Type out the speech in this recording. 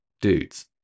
dudes